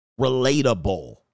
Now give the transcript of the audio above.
Relatable